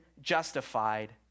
justified